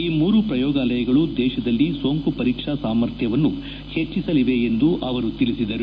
ಈ ಮೂರು ಪ್ರಯೋಗಾಲಯಗಳು ದೇಶದಲ್ಲಿ ಸೋಂಕು ಪರೀಕ್ಷಾ ಸಾಮರ್ಥ್ಲವನ್ನು ಹೆಚ್ಚಿಸಲಿವೆ ಎಂದು ಅವರು ತಿಳಿಸಿದರು